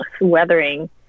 weathering